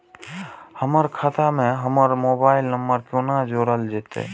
हमर खाता मे हमर मोबाइल नम्बर कोना जोरल जेतै?